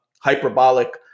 hyperbolic